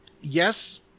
yes